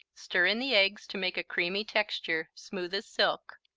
stir in the eggs to make a creamy texture, smooth as silk.